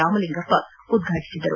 ರಾಮಲಿಂಗಪ್ಪ ಉದ್ಘಾಟಿಸಿದರು